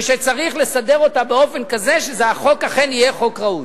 ושצריך לסדר אותה באופן כזה שאכן החוק יהיה חוק ראוי.